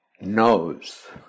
knows